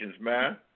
man